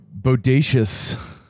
Bodacious